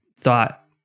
thought